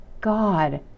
God